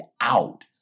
out